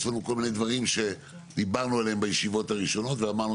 יש לנו כל מיני דברים שדיברנו עליהם בישיבות הראשונות ואמרנו